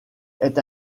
est